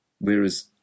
Whereas